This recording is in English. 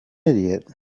idiot